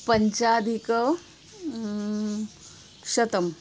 पञ्चाधिक शतम्